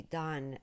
done